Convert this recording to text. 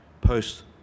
Post